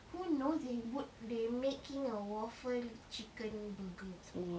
who knows they would they making a waffle chicken burger or something